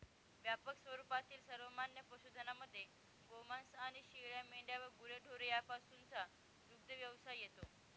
व्यापक स्वरूपातील सर्वमान्य पशुधनामध्ये गोमांस आणि शेळ्या, मेंढ्या व गुरेढोरे यापासूनचा दुग्धव्यवसाय येतो